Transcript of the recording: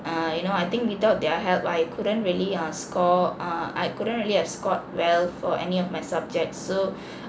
err you know I think without their help I couldn't really err score err I couldn't really have scored well for any of my subjects so